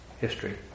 history